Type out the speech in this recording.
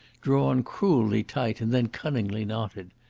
drawn cruelly tight and then cunningly knotted.